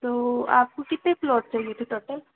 तो आपको कितने प्लॉट चाहिए थे टोटल